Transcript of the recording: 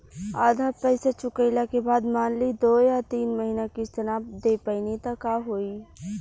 आधा पईसा चुकइला के बाद मान ली दो या तीन महिना किश्त ना दे पैनी त का होई?